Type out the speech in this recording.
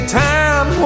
time